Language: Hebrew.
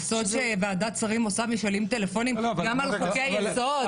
זה סוד שוועדת השרים עושה משאלים טלפוניים גם על חוקי-יסוד?